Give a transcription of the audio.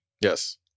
Yes